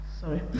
Sorry